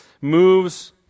moves